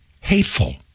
hateful